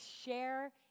share